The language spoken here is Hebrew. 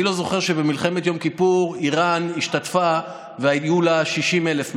אני לא זוכר שבמלחמת יום כיפור איראן השתתפה והיו לה 60,000 מתים.